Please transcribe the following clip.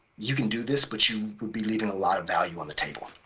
you can do this, but you would be leaving a lot of value on the table.